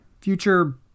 future